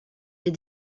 des